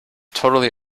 totally